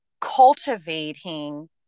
cultivating